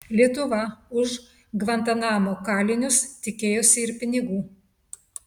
lietuva už gvantanamo kalinius tikėjosi ir pinigų